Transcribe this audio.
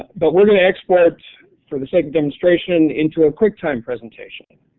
but we're going to export for the sake of demonstration in to a quick time presentation.